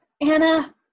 Anna